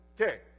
Okay